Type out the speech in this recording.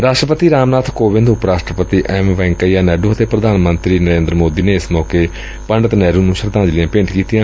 ਰਾਸ਼ਟਰਪਤੀ ਰਾਮਨਾਥ ਕੋਵਿੰਦ ਉਪ ਰਾਸ਼ਟਰਪਤੀ ਐਮ ਵੈਂਕਈਆ ਨਾਇਡੂ ਅਤੇ ਪ੍ਧਾਨ ਮੰਤਰੀ ਨਰੇਂਦਰ ਮੋਦੀ ਨੇ ਏਸ ਮੌਕੇ ਪੰਡਿਤ ਨਹਿਰੂ ਨੂੰ ਸ਼ਰਧਾਂਜਲੀਆਂ ਭੇਟ ਕੀਤੀਆਂ